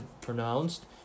pronounced